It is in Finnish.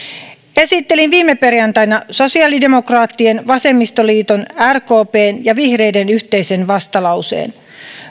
esittelin viime perjantaina sosiaalidemokraattien vasemmistoliiton rkpn ja vihreiden yhteisen vastalauseen